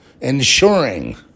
ensuring